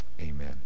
Amen